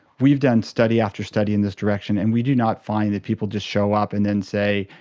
we've done study after study in this direction and we do not find that people just show up and then say,